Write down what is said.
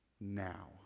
now